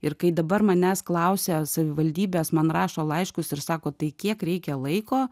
ir kai dabar manęs klausia savivaldybės man rašo laiškus ir sako tai kiek reikia laiko